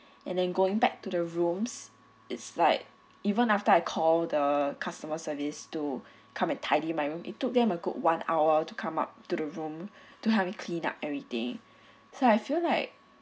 and then going back to the rooms it's like even after I call the customer service to come and tidy my room it took them a good one hour to come up to the room to help me clean up everything so I feel like